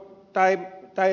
päivä tai